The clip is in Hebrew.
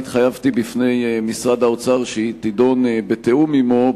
אני התחייבתי בפני משרד האוצר שהיא תידון בתיאום עמו,